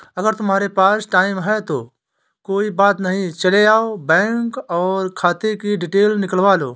अगर तुम्हारे पास टाइम है तो कोई बात नहीं चले जाओ बैंक और खाते कि डिटेल निकलवा लो